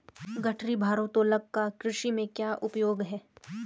गठरी भारोत्तोलक का कृषि में क्या उपयोग है?